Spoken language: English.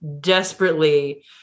desperately